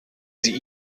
sie